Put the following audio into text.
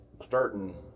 Starting